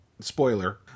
spoiler